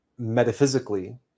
metaphysically